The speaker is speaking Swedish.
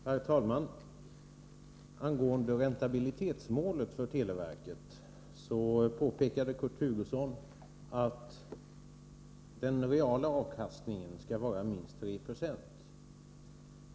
Herr talman! Angående räntabilitetsmålet för televerket påpekade Kurt Hugosson att den reala avkastningen skall vara minst 3 20.